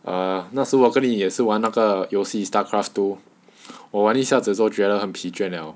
err 那时我跟你也是玩那个游戏 starcraft two 我玩一下子做觉得很疲倦 liao